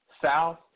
South